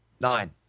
nine